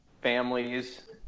families